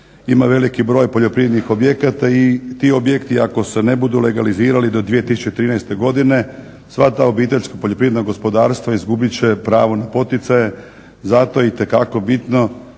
ima veliki broj poljoprivrednih objekata i ti objekti ako se ne budu legalizirali do 2013. godine sva ta obiteljska-poljoprivredna gospodarstva izgubit će pravo na poticaje. Zato je itekako bitno